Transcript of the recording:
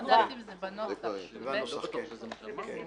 זה יהיה בנוסח שאנחנו נציע.